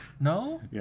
No